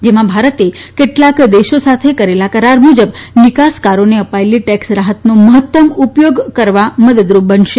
જેમાં ભારતે કેટલાક દેશો સાથે કરેલા કરાર મુજબ નિકાસકારોને અપાયેલી ટેકસ રાહતનો મહત્તમ ઉપયોગ કરવા મદદરૂપ બનશે